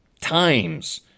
times